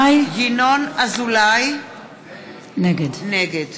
ינון אזולאי נגד